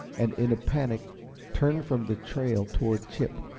and in a panic turned from the trail toward chip.